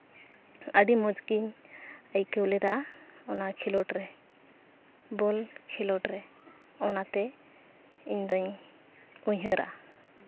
ᱟᱹᱰᱤ ᱢᱚᱡᱽᱜᱤᱧ ᱟᱹᱭᱠᱟᱹᱣ ᱞᱮᱫᱟ ᱚᱱᱟ ᱠᱷᱮᱞᱳᱰ ᱨᱮ ᱵᱚᱞ ᱠᱷᱮᱞᱳᱰ ᱨᱮ ᱚᱱᱟᱛᱮ ᱤᱧ ᱫᱚᱧ ᱩᱭᱦᱟᱹᱨᱟ